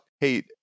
hey